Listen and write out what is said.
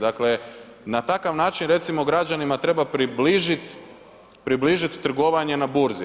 Dakle, na takav način recimo građanima treba približiti trgovanje na burzi.